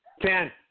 Ten